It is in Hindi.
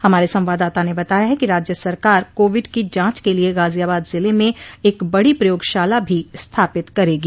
हमार संवाददाता ने बताया है कि राज्य सरकार कोविड की जांच के लिए गाजियाबाद जिले में एक बडो प्रयोगशाला भी स्थापित करेगी